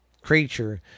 creature